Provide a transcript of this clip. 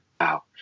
Wow